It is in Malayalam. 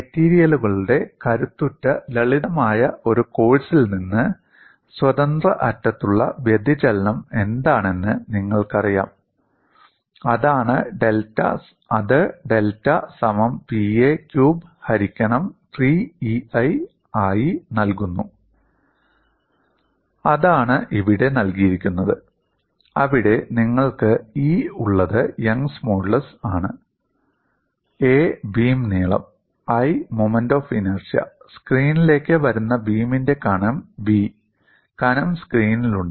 മെറ്റീരിയലുകളുടെ കരുത്തുറ്റ ലളിതമായ ഒരു കോഴ്സിൽ നിന്ന് സ്വതന്ത്ര അറ്റത്തുള്ള വ്യതിചലനം എന്താണെന്ന് നിങ്ങൾക്കറിയാം അത് ഡെൽറ്റ സമം 'Pa ക്യൂബ് ഹരിക്കണം 3EI' യായി നൽകുന്നു അതാണ് ഇവിടെ നൽകിയിരിക്കുന്നത് അവിടെ നിങ്ങൾക്ക് E ഉള്ളത് യംഗ് മോഡുലസ് ആണ് a ബീം നീളം I മോമെന്റ്റ് ഓഫ് ഇനേർഷ്യ സ്ക്രീനിലേക്ക് വരുന്ന ബീമിന്റെ കനം B കനം സ്ക്രീനിലുണ്ട്